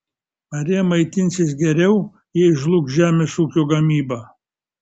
ar jie maitinsis geriau jei žlugs žemės ūkio gamyba